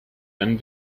einen